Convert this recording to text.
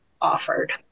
offered